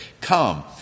Come